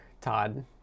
Todd